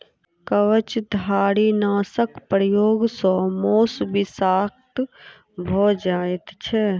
कवचधारीनाशक प्रयोग सॅ मौस विषाक्त भ जाइत छै